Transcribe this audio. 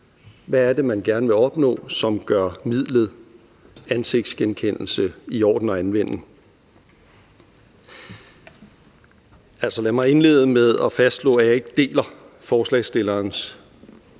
Hvad er det, man gerne vil opnå, som gør midlet ansigtsgenkendelse i orden at anvende? Lad mig indlede med at fastslå, at jeg ikke deler forslagsstillernes